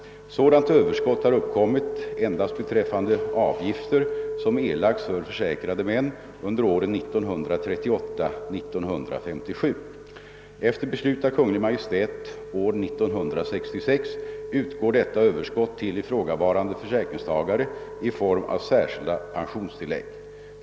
Sådant överskott har uppkommit endast beträffande avgifter som erlagts för försäkrade män under åren 1938— 1957. Efter beslut av Kungl. Maj:t år 1966 utgår detta överskott till ifrågavarande försäkringstagare i form av särskilda pensionstillägg.